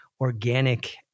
organic